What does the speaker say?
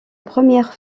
première